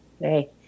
hey